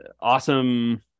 awesome